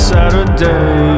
Saturday